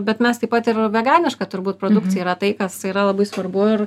bet mes taip pat ir veganiška turbūt produkcija yra tai kas yra labai svarbu ir